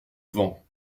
vent